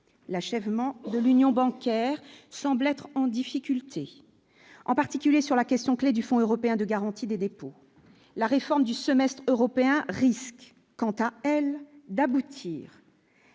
l'achèvement de l'union bancaire semble être en difficulté, en particulier sur la question clé du Fonds européen de garantie des dépôts, la réforme du semestres européen risque quant à elle, d'aboutir